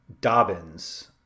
Dobbins